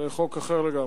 זה חוק אחר לגמרי.